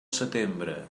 setembre